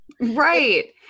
Right